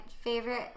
favorite